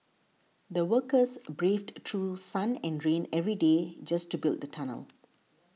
the workers braved through sun and rain every day just to build the tunnel